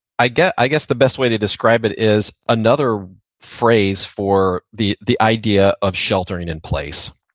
i guess i guess the best way to describe it is another phrase for the the idea of sheltering in place.